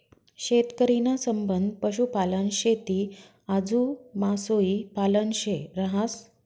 शेतकरी ना संबंध पशुपालन, शेती आजू मासोई पालन शे रहास